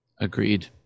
agreed